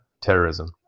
terrorism